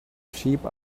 sheep